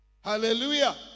Hallelujah